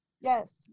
yes